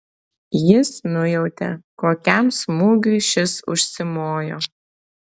jis nujautė kokiam smūgiui šis užsimojo